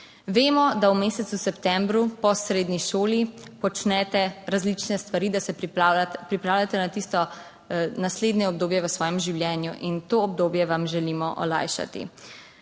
Vemo, da v mesecu septembru po srednji šoli počnete različne stvari, da se pripravlja, pripravljate na tisto naslednje obdobje v svojem življenju in to obdobje vam želimo olajšati.